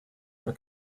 her